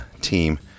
team